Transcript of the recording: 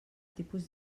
tipus